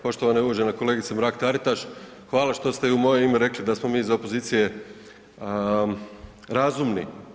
Poštovana i uvažena kolegice Mrak-Taritaš, hvala što ste i u moje ime rekli da smo mi iz opozicije razumni.